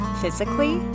physically